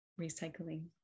Recycling